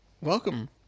Welcome